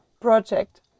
project